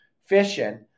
fishing